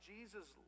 Jesus